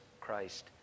Christ